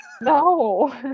No